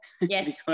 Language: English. yes